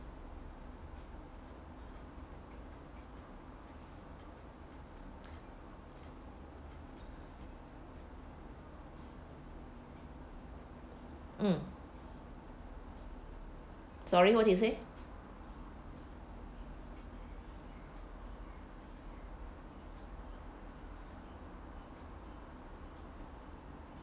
mm sorry what he say